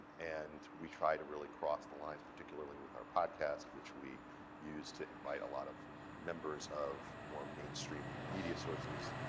and we try to really cross the line, particularly with our podcast, which we use to invite a lot of members of more mainstream media sources,